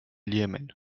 iemen